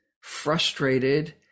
frustrated